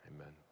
Amen